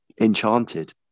enchanted